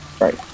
Right